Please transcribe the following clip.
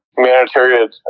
humanitarian